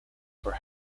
for